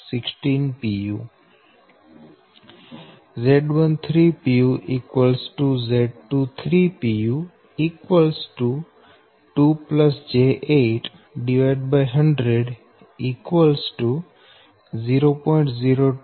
16 pu Z13 Z23 2 j8100 0